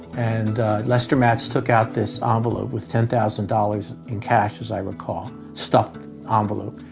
and lester matz took out this ah envelope with ten thousand dollars in cash, as i recall, stuffed ah envelope,